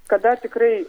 kada tikrai